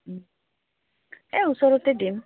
এই ওচৰতে দিম